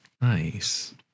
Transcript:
Nice